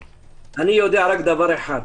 אני יודע רק דבר אחד.